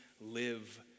live